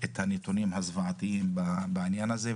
את הנתונים הזוועתיים בעניין הזה.